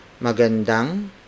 Magandang